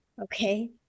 Okay